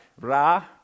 Ra